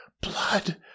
blood